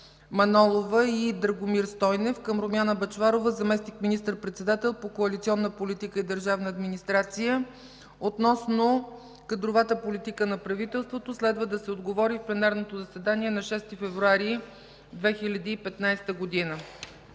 Манолова и Драгомир Стойнев към Румяна Бъчварова – заместник министър-председател по коалиционна политика и държавна администрация, относно кадровата политика на правителството. Следва да се отговори в пленарното заседание на 6 февруари 2015 г.